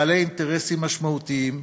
בעלי אינטרסים משמעותיים,